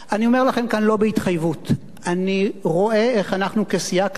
אני אומר לכם כאן לא בהתחייבות: אני רואה איך אנחנו כסיעה קטנה,